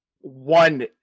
one